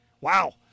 Wow